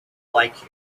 like